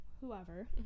whoever